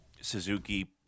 Suzuki